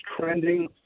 trending